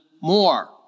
more